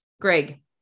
Greg